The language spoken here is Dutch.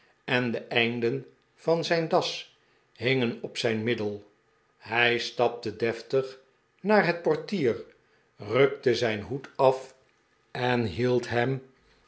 en de einden van zijn das hingeri op zijn middel hij stapte deftig naar het portier rukte zijn hoed af en hield hem